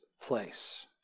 place